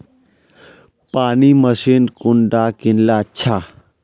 पानी मशीन कुंडा किनले अच्छा?